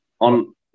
On